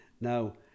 now